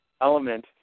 element